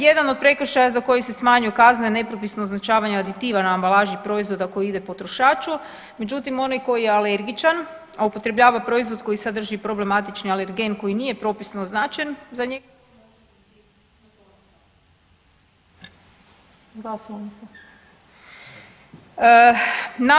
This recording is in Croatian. Jedan od prekršaja za koji se smanjuju kazne je nepropisno označavanje aditiva na ambalaži proizvoda koji ide potrošaču, međutim onaj koji je alergičan, a upotrebljava proizvod koji sadrži problematični alergen koji nije propisno označen za, ugasilo mi se.